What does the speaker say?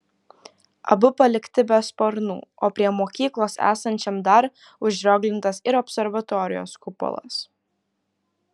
abu palikti be sparnų o prie mokyklos esančiam dar užrioglintas ir observatorijos kupolas